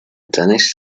danish